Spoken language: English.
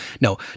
no